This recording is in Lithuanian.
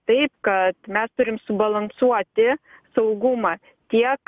taip kad mes turim subalansuoti saugumą tiek